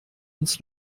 uns